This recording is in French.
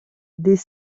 des